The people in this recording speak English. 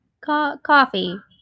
coffee